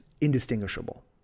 indistinguishable